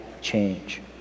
change